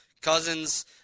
cousins